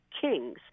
kings